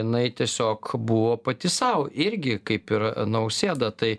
jinai tiesiog buvo pati sau irgi kaip ir nausėda tai